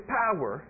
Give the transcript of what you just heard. power